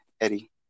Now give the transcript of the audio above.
Eddie